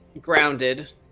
grounded